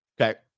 Okay